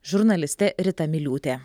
žurnalistė rita miliūtė